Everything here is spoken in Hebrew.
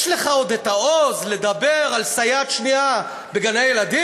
יש לך עוד העוז לדבר על סייעת שנייה בגני-ילדים?